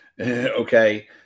okay